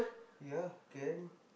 ya can